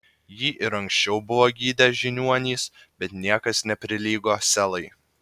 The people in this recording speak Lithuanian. jį ir anksčiau buvo gydę žiniuonys bet niekas neprilygo selai